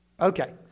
okay